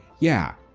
yeah,